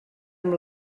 amb